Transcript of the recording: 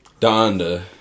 Donda